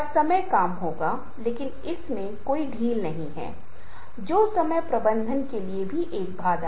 यह विषय पर निर्भर करेगा लेकिन विषय के पहले भी जो भी विषय की प्रकृति है उस विशेष विषय के बारे में क्या है